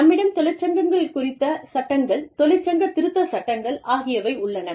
நம்மிடம் தொழிற்சங்கங்கள் குறித்த சட்டங்கள் தொழிற்சங்க திருத்தச் சட்டங்கள் ஆகியவை உள்ளன